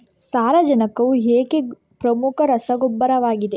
ಸಾರಜನಕವು ಏಕೆ ಪ್ರಮುಖ ರಸಗೊಬ್ಬರವಾಗಿದೆ?